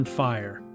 fire